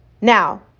Now